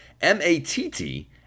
M-A-T-T